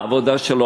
העבודה בו,